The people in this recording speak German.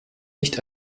nicht